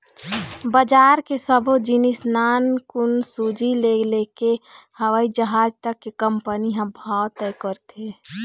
बजार के सब्बो जिनिस नानकुन सूजी ले लेके हवई जहाज तक के कंपनी ह भाव तय करथे